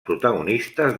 protagonistes